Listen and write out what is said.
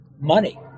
money